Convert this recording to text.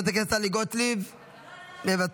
מוותרת, חברת הכנסת טלי גוטליב, מוותרת,